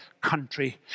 country